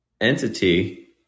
entity